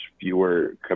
fewer